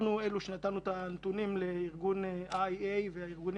אנחנו אלה שנתנו את הנתונים לארגון IEA והארגונים